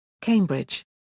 Cambridge